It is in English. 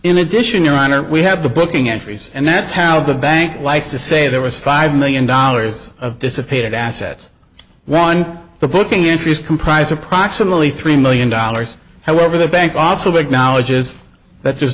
in addition your honor we have the booking entries and that's how the bank likes to say there was five million dollars of dissipated assets one the booking interest comprise approximately three million dollars however the bank also acknowledges that